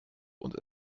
und